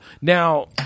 Now